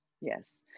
yes